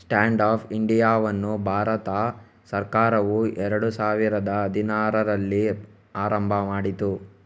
stand up ಇಂಡಿಯಾವನ್ನು ಭಾರತ ಸರ್ಕಾರವು ಎರಡು ಸಾವಿರದ ಹದಿನಾರರಲ್ಲಿ ಆರಂಭ ಮಾಡಿತು